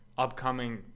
Upcoming